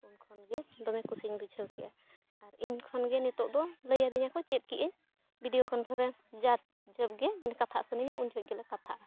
ᱩᱱᱠᱷᱚᱱᱜᱮ ᱫᱚᱢᱮ ᱠᱩᱥᱤᱧ ᱵᱩᱡᱷᱟᱹᱣ ᱠᱮᱜᱼᱟ ᱟᱨ ᱩᱱᱠᱷᱚᱱ ᱜᱮ ᱱᱤᱛᱳᱜ ᱫᱚ ᱞᱟᱹᱭ ᱟᱫᱤᱧᱟᱠᱚ ᱪᱮᱫ ᱠᱮᱜ ᱟᱹᱧ ᱵᱷᱤᱰᱤᱭᱳ ᱠᱚᱱᱯᱷᱟᱨᱮᱱᱥ ᱡᱟᱵᱽ ᱡᱚᱵᱽᱜᱮ ᱢᱟᱱᱮ ᱠᱟᱛᱷᱟᱜ ᱥᱟᱹᱱᱟᱹᱧᱟ ᱩᱱ ᱡᱚᱠᱷᱚᱱ ᱜᱮᱞᱮ ᱠᱟᱛᱷᱟᱜᱼᱟ